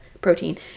protein